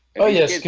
oh yes